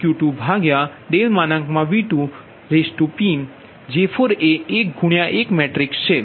J4 એ 1 1 matrix છે